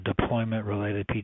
deployment-related